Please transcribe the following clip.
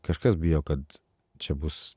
kažkas bijo kad čia bus